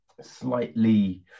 slightly